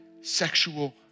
sexual